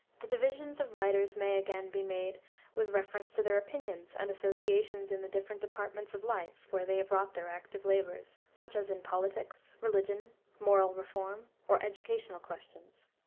the divisions of writers may, again, be made with reference to their opinions and associations in the different departments of life where they have wrought their active labors, such as in politics, religion, moral reform, or educational questions.